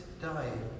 dying